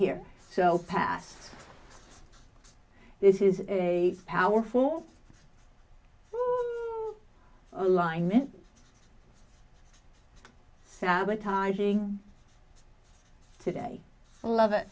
here so past this is a powerful alignment sabotaging today love it